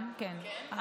גם, כן.